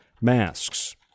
masks